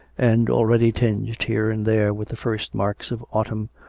and already tinged here and there with the first marks of autumn,